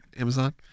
Amazon